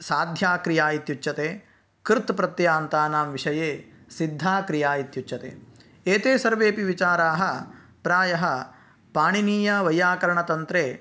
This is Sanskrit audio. साध्या क्रिया इत्युच्यते कृत् प्रत्ययान्तानां विषये सिद्धा क्रिया इत्युच्यते एते सर्वे अपि विचाराः प्रायः पाणिनीयवैयाकरणतन्त्रे